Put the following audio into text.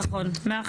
נכון.